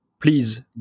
Please